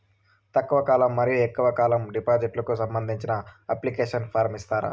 తక్కువ కాలం మరియు ఎక్కువగా కాలం డిపాజిట్లు కు సంబంధించిన అప్లికేషన్ ఫార్మ్ ఇస్తారా?